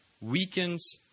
weakens